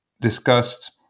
discussed